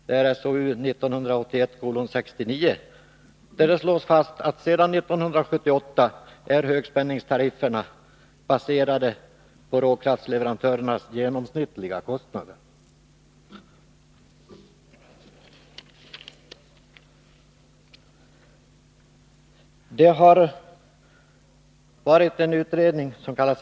Där slås fast att högspänningstarifferna sedan 1978 är baserade på råkraftsleverantörernas genomsnittliga kostnader.